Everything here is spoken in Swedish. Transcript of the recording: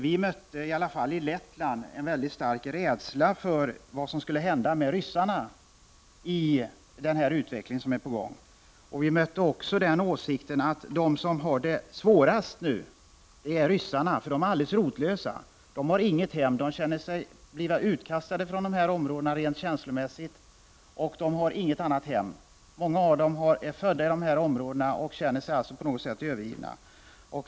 Vi mötte i varje fall i Lettland en stark rädsla för vad som skulle hända med ryssarna i den utveckling som är på gång. Vi mötte också den åsikten att de som har det svårast nu är ryssarna, för de är alldeles rotlösa. De har inget hem, de känner sig utkastade rent känslomässigt. Många av dem är födda i de här områdena och känner sig alltså på något sätt övergivna.